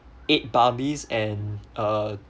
eight barleys and uh